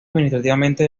administrativamente